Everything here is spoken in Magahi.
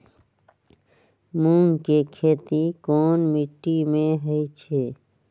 मूँग के खेती कौन मीटी मे होईछ?